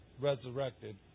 resurrected